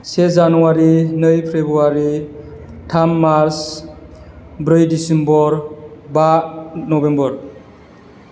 से जानुवारि नै फेब्रुवारि थाम मार्च ब्रै डिसेम्बर बा नभेम्बर